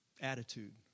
attitude